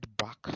back